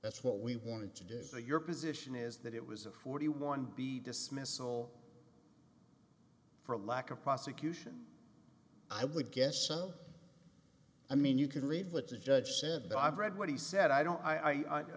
that's what we wanted to do so your position is that it was a forty one b dismissal for lack of prosecution i would guess some i mean you can read lips the judge said i've read what he said i don't